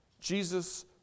Jesus